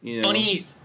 Funny